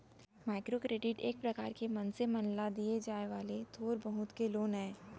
micro credit एक परकार के मनसे मन ल देय जाय वाले थोर बहुत के लोन आय